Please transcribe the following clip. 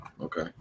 Okay